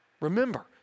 Remember